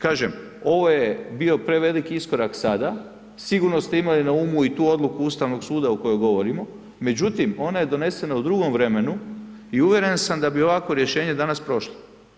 Kažem, ovo je bio preveliki iskorak sada, sigurno ste imali na umu i tu odluku Ustavnog suda o kojoj govorimo međutim ona je donesena u drugom vremenu i uvjeren sam da bi ovakvo rješenje danas prošlo.